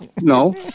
no